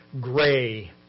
gray